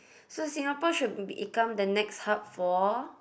so Singapore should become the next hub for